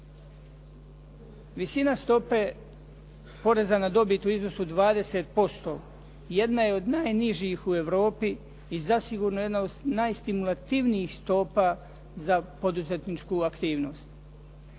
Visina stope poreza na dobit u iznosu 20% jedna je od najnižih u Europi i zasigurno jedna od najstimulativnijih stopa za poduzetničku aktivnost.